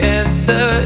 answer